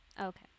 Okay